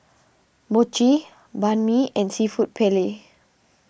Mochi Banh Mi and Seafood Paella